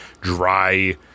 dry